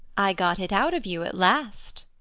i got it out of you at last!